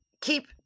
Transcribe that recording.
keep